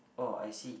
oh I see